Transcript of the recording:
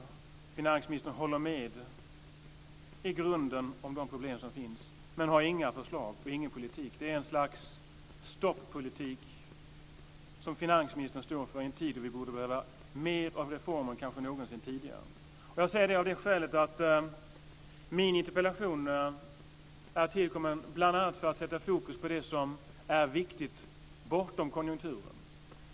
Finansministern håller i grunden med om de problem som finns men har inga förslag och ingen politik. Det är ett slags stoppolitik som finansministern står för i en tid då vi behöver mer av reformer än kanske någonsin tidigare. Jag säger det av det skälet att min interpellation är tillkommen bl.a. för att sätta fokus på det som är viktigt bortom konjunkturen.